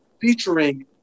featuring